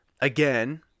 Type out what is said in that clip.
Again